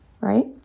right